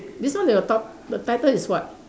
this one your top~ the title is what